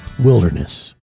Wilderness